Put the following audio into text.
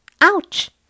Ouch